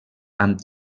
amb